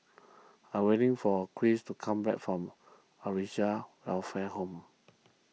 I am waiting for Cris to come back from Acacia Welfare Home